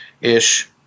Ish